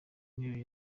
w’intebe